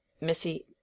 Missy